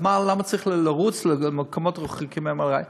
אז למה צריך לרוץ למקומות רחוקים ל-MRI?